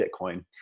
Bitcoin